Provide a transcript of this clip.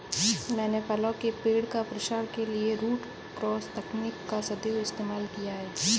मैंने फलों के पेड़ का प्रसार के लिए रूट क्रॉस तकनीक का सदैव इस्तेमाल किया है